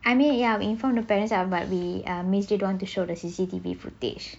I mean ya inform the parents ah but we don't want to show the C_C_T_V footage